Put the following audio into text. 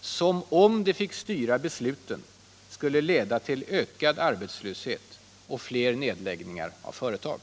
som —- om det fick styra besluten — skulle leda till ökad arbetslöshet och fler nedläggningar av företag.